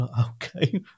Okay